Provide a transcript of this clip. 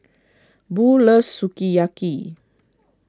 Bo loves Sukiyaki